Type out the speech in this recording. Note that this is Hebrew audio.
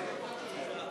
כן כן, אני רוצה לדבר.